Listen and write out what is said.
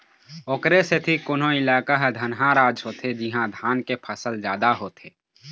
ओखरे सेती कोनो इलाका ह धनहा राज होथे जिहाँ धान के फसल जादा होथे